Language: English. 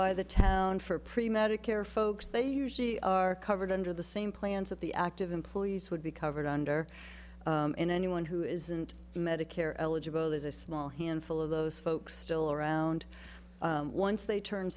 by the town for pretty medicare folks they usually are covered under the same plans that the active employees would be covered under and anyone who isn't medicare eligible is a small handful of those folks still around once they turn